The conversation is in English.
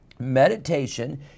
Meditation